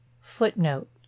Footnote